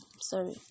sorry